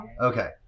Okay